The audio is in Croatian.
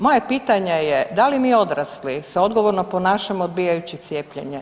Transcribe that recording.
Moje je pitanje je da li mi odrasli se odgovorno ponašamo odbijajući cijepljenje?